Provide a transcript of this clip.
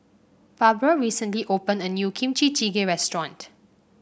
Barbara recently opened a new Kimchi Jjigae Restaurant